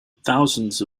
thousands